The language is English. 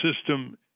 system